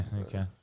okay